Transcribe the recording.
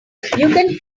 can